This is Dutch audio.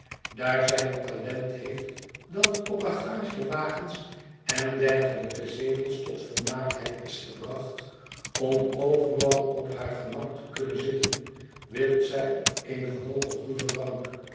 daar zij een talent heeft dat op bagagewagens en dergelijke zetels tot volmaaktheid is gebracht om overal op haar gemak te kunnen zitten wipt zij op eene hooge ruwe bank